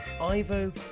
Ivo